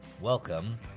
Welcome